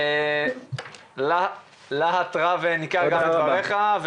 להט רב ניכר בדבריך,